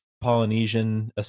polynesian